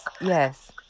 Yes